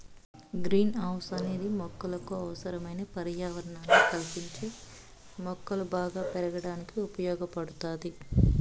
green house అనేది మొక్కలకు అవసరమైన పర్యావరణాన్ని కల్పించి మొక్కలు బాగా పెరగడానికి ఉపయోగ పడుతాది